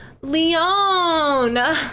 Leon